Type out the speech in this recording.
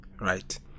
right